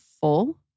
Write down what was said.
full